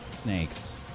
snakes